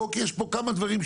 כי יש כאן אי הבנה קטנה.